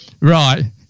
Right